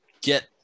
get